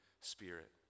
Spirit